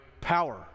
power